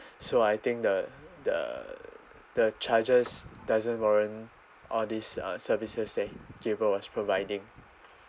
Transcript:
so I think the the the charges doesn't warrant all these uh services that gabriel was providing